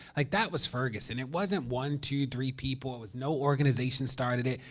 like that was ferguson. it wasn't one, two, three people. it was no organization started it.